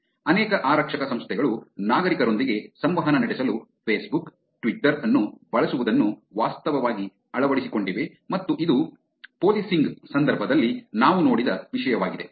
ಅನೇಕ ಆರಕ್ಷಕ ಸಂಸ್ಥೆಗಳು ನಾಗರಿಕರೊಂದಿಗೆ ಸಂವಹನ ನಡೆಸಲು ಫೇಸ್ಬುಕ್ ಟ್ವಿಟರ್ ಅನ್ನು ಬಳಸುವುದನ್ನು ವಾಸ್ತವವಾಗಿ ಅಳವಡಿಸಿಕೊಂಡಿವೆ ಮತ್ತು ಇದು ಪೋಲೀಸಿನ್ಗ್ ಸಂದರ್ಭದಲ್ಲಿ ನಾವು ನೋಡಿದ ವಿಷಯವಾಗಿದೆ